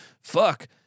fuck